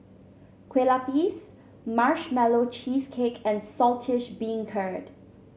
Kue Lupis Marshmallow Cheesecake and Saltish Beancurd